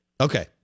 Okay